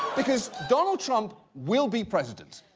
because donald trump will be president.